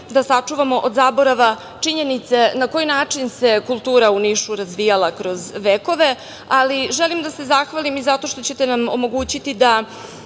da sačuvamo od zaborava činjenice na koji način se kultura u Nišu razvijala kroz vekove. Želim i da se zahvalim zato što ćete nam omogućiti da